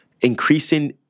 increasing